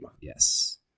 Yes